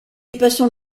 dépassant